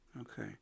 okay